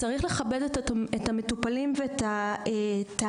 צריך לכבד את המטופלים ואת ההליך.